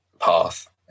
path